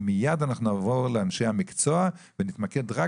ומיד אנחנו נעבור לאנשי המקצוע ונתמקד רק